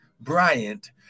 Bryant